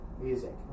music